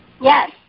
Yes